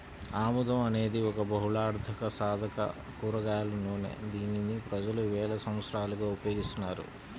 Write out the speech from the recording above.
ఆముదం అనేది ఒక బహుళార్ధసాధక కూరగాయల నూనె, దీనిని ప్రజలు వేల సంవత్సరాలుగా ఉపయోగిస్తున్నారు